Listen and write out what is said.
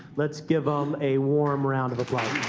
let's give ah them a warm round of applause.